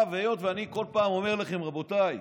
אני כל פעם אומר לכם, רבותיי: